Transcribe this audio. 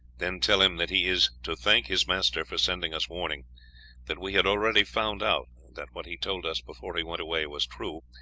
then, tell him that he is to thank his master for sending us warning that we had already found out that what he told us before he went away was true,